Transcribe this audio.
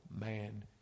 man